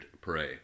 pray